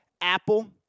Apple